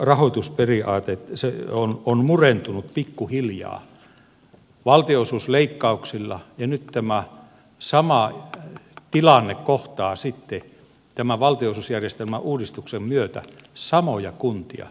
rahoitusperiaate on murentunut pikkuhiljaa valtionosuusleikkauksilla ja nyt tämä sama tilanne kohtaa tämän valtionosuusjärjestelmän uudistuksen myötä samoja kuntia